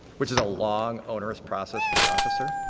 which is a long, onerous process for the officer.